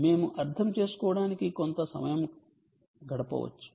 మేము అర్థం చేసుకోవడానికి కొంత సమయం గడపవచ్చు